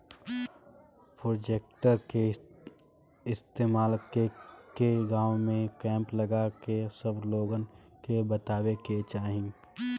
projector के इस्तेमाल कके गाँव में कैंप लगा के सब लोगन के बतावे के चाहीं